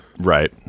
right